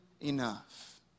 enough